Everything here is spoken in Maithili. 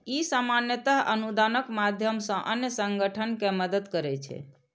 ई सामान्यतः अनुदानक माध्यम सं अन्य संगठन कें मदति करै छै